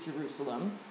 Jerusalem